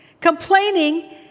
Complaining